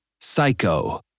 psycho